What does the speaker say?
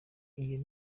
iyo